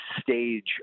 stage